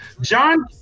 John